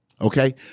Okay